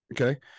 Okay